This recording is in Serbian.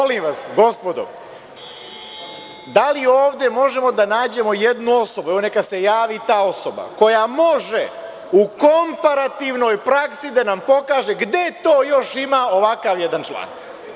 Molim vas, gospodo, da li ovde možemo da nađemojednu osobu, evo neka se javi ta osoba, koja može u komparativnoj praksi da nam pokaže gde to još ima ovakav jedan član.